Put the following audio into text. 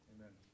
Amen